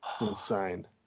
Insane